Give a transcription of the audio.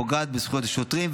פוגעת בזכויות השוטרים,